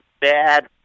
bad